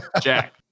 Jack